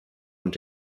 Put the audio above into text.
und